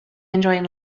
enjoying